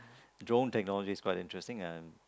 drone technology is quite interesting